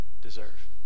deserve